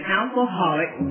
alcoholic